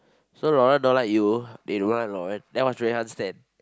so Lauren don't like you they don't like Lauren then what's Rui-Han's stand